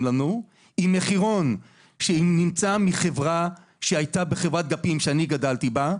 לנו עם מחירון בחברת "גפים" שאני גדלתי פה,